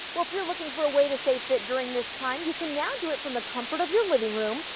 well if you're looking for a way to stay fit during this time, you can now do it from the comfort of your living room,